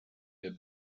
der